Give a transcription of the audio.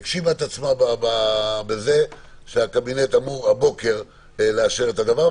הגשימה את עצמה בזה שהקבינט אמור הבוקר לאשר את הדבר,